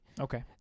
Okay